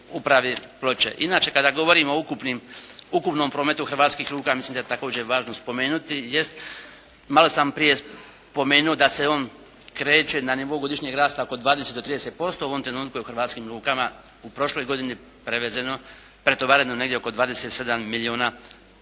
Inače kada govorim o ukupnim, ukupnom prometu hrvatskih luka mislim da je također važno spomenuti jest, malo sam prije spomenuo da se on kreće na nivou godišnjeg rasta oko 20 do 30%. U ovom trenutku je u hrvatskim lukama u prošloj godini prevezeno, pretovareno negdje oko 27 milijuna